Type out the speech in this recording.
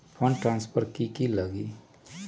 Fund transfer कि की लगी?